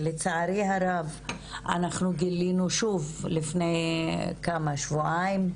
ולצערי הרב גילינו שוב לפני שבועיים,